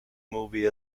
movie